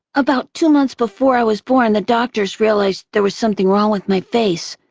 about two months before i was born, the doctors realized there was something wrong with my face,